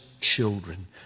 children